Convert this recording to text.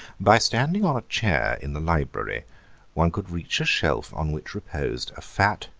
by standing on a chair in the library one could reach a shelf on which reposed a fat,